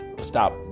stop